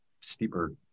steeper